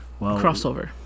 Crossover